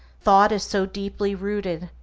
thought is so deeply rooted,